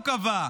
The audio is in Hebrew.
הוא קבע.